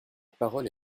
parole